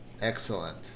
excellent